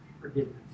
forgiveness